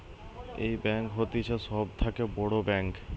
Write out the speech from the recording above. এই ব্যাঙ্ক হতিছে সব থাকে বড় ব্যাঙ্ক